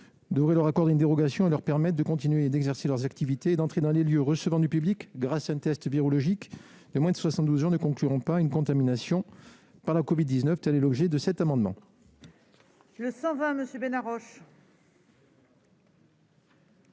devrait leur accorder une dérogation pour leur permettre de continuer d'exercer leurs activités et d'entrer dans les lieux recevant du public grâce à un test virologique de moins de soixante-douze heures ne concluant pas à une contamination par la covid-19. Tel est l'objet de cet amendement. L'amendement